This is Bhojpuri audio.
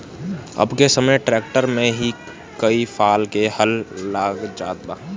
अब के समय ट्रैक्टर में ही कई फाल क हल लाग जात बा